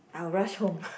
I will rush home